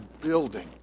building